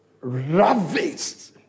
ravaged